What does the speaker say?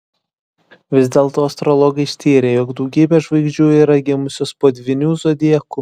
vis dėlto astrologai ištyrė jog daugybė žvaigždžių yra gimusios po dvyniu zodiaku